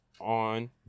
on